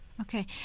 Okay